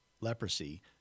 leprosy